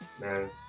man